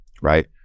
right